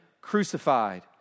crucified